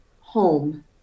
home